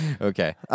Okay